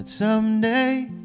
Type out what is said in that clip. Someday